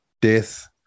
death